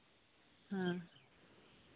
ᱦᱮᱸ